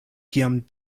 kiam